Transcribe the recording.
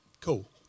Cool